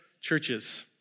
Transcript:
churches